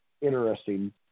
interesting